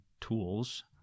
tools